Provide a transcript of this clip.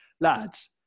lads